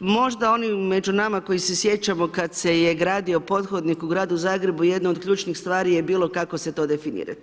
Možda oni među nama koji se sjećamo kad se je gradio pothodnik u gradu Zagrebu, jedna od ključnih stvari je bilo kako se to definirati.